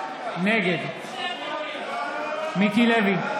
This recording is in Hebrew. נגד מיקי לוי,